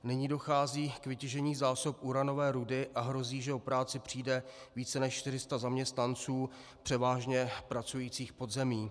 Nyní dochází k vytěžení zásob uranové rudy a hrozí, že o práci přijde více než 400 zaměstnanců převážně pracujících v podzemí.